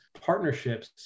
partnerships